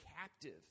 captive